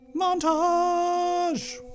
Montage